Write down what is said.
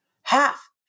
half